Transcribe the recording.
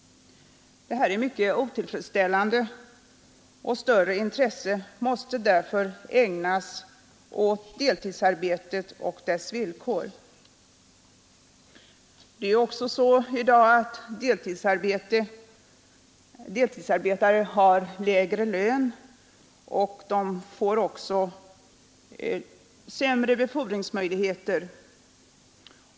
Detta är mycket otillfredsställande, och större intresse måste därför ägnas åt deltidsarbetet och dess villkor. I dag är det också på det sättet att deltidsarbetare har lägre lön och sämre befordringsmöjligheter.